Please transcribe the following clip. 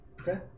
Okay